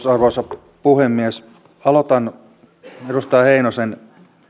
arvoisa puhemies aloitan edustaja heinosen